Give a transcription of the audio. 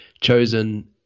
chosen